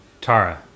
Tara